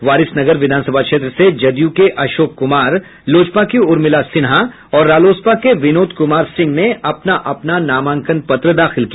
वारिसनगर विधानसभा क्षेत्र से जदयू के अशोक कुमार लोजपा की उर्मिला सिन्हा और रालोसपा के विनोद कुमार सिंह ने अपना अपना नामांकन पत्र दाखिल किया